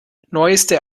neueste